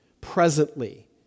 presently